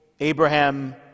Abraham